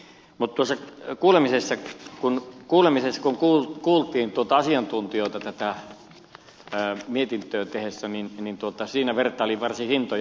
mutta tuossa kuulemisessa kun kuultiin asiantuntijoita tätä mietintöä tehtäessä vertailin varsin hintoja